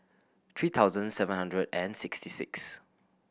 three thousand seven hundred and sixty six